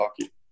hockey